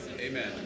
Amen